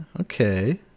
okay